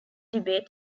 debate